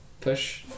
Push